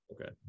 okay